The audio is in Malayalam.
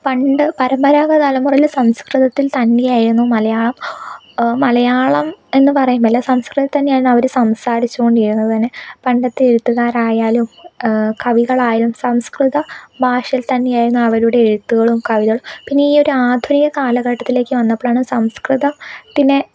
പണ്ട് പരമ്പരാഗത തലമുറയില് സംസ്കൃതത്തിൽ തന്നെ ആയിരുന്നു മലയാളം മലയാളം എന്ന് പറയുന്നില്ല സംസ്കൃതം തന്നെയാണ് അവര് സംസാരിച്ചോണ്ടിരുന്നത് തന്നെ പണ്ടത്തെ എഴുത്തുകാരായാലും കവികളായലും സംസ്കൃത ഭാഷയിൽ തന്നെ ആയിരുന്നു അവരുടെ എഴുത്തുകളും കവികളും പിന്നെ ഈ ഒരാധുനിക കാലഘട്ടത്തിലേക്ക് വന്നപ്പോളാണ് സംസ്കൃത ത്തിനെ